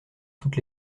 toutes